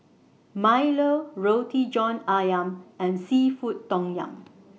Milo Roti John Ayam and Seafood Tom Yum